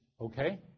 okay